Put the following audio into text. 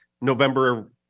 November